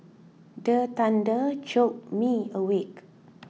the thunder jolt me awake